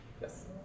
Yes